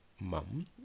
mom